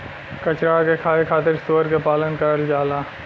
कचरा के खाए खातिर सूअर के पालन करल जाला